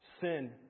sin